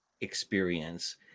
experience